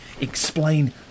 Explain